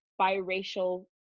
biracial